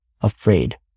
Afraid